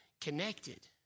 connected